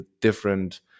different